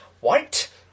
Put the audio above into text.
White